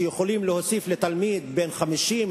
שיכולים להוסיף לתלמיד 50,